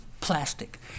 plastic